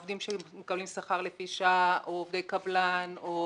עובדים שמקבלים שכר לפי שעה או עובדי קבלן או